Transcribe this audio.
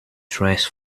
stress